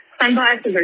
sunglasses